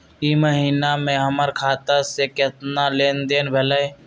ई महीना में हमर खाता से केतना लेनदेन भेलइ?